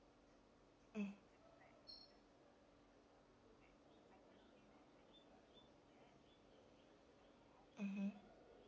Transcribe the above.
mm mmhmm